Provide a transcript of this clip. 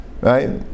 right